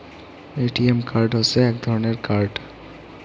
ATM card হসে এক ধরণের কার্ড